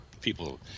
people